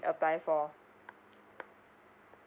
apply for